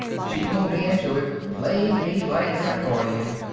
she pulled me into it, played me like an accordion.